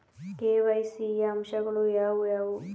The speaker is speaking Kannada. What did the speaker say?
ಕೆ.ವೈ.ಸಿ ಯ ಅಂಶಗಳು ಯಾವುವು?